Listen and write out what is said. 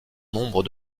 nombre